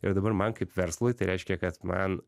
ir dabar man kaip verslui tai reiškia kad man